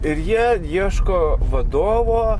ir jie ieško vadovo